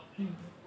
mm